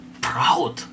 proud